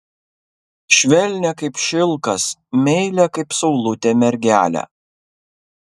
švelnią kaip šilkas meilią kaip saulutė mergelę